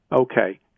okay